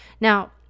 Now